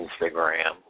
Instagram